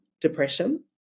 depression